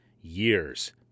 years